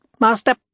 master